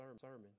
sermon